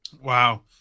Wow